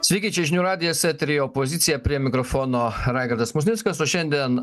sveiki čia žinių radijas eteryje opozicija prie mikrofono raigardas musnickas o šiandien